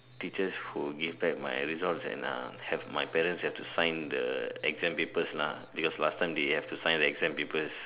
teachers who give back my results and uh have my parents have to sign the exam papers because last time they have to sign exam papers